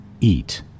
eat